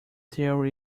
there